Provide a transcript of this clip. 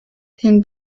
den